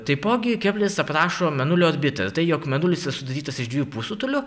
taipogi kepleris aprašo mėnulio orbitą tai jog mėnulis yra sudarytas iš dviejų pusrutulių